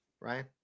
Ryan